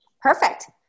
Perfect